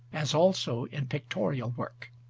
as also in pictorial, work.